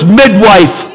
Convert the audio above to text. midwife